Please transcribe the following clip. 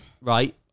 Right